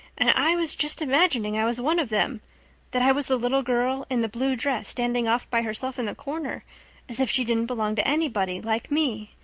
and i was just imagining i was one of them that i was the little girl in the blue dress, standing off by herself in the corner as if she didn't belong to anybody, like me.